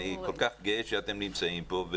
אני כל כך גאה שאתם נמצאים פה.